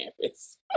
campus